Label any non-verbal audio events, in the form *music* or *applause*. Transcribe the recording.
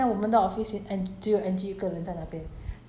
*noise* ya 我们的 office 也是有很多